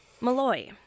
Malloy